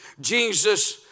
Jesus